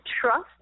trust